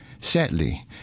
Sadly